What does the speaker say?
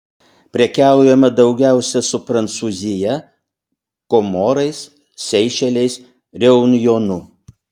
prekiaujama daugiausiai su prancūzija komorais seišeliais reunjonu